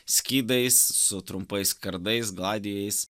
skydais su trumpais kardais gladijais